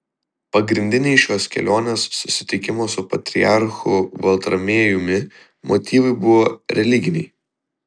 pagrindiniai šios kelionės susitikimo su patriarchu baltramiejumi motyvai buvo religiniai